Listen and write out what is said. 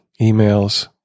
emails